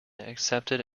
accepted